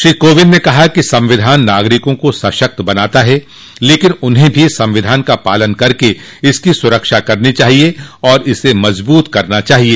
श्री कोविंद ने कहा कि संविधान नागरिकों को सशक्त बनाता है लेकिन उन्हें भी संविधान का पालन कर इसकी सूरक्षा करनी चाहिए और इसे मजबूत करना चाहिए